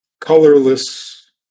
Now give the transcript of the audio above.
colorless